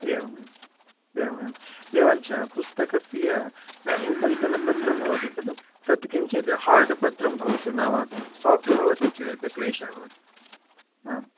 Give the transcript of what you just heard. एवम् एवमेवम् एवञ्च पुस्तकस्य उपरितनपत्रं भवति खलु तत् किञ्चित् हार्ड् पत्रं भवतु नाम साफ़्ट् भवति चेत् क्लेशः भवति हा